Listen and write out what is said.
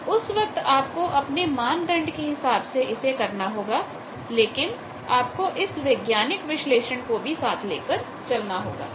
तो उस वक्त आपको अपने मानदंड के हिसाब से इसे करना होगा लेकिन आपको इस वैज्ञानिक विश्लेषण को भी साथ लेकर चलना होगा